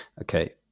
Okay